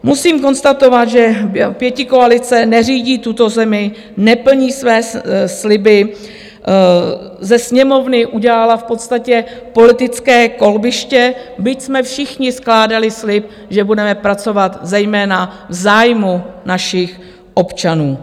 Musím konstatovat, že pětikoalice neřídí tuto zemi, neplní své sliby, ze Sněmovny udělala v podstatě politické kolbiště, byť jsme všichni skládali slib, že budeme pracovat zejména v zájmu našich občanů.